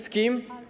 Z kim?